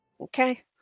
Okay